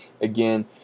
again